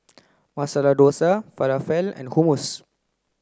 Masala Dosa Falafel and Hummus